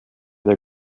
der